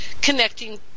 connecting